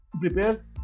prepare